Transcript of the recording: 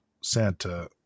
Santa